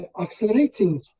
accelerating